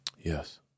yes